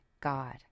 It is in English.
God